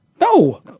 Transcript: No